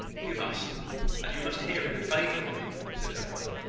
you must and you must hear him favourably, said her brother.